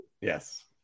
Yes